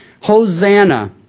Hosanna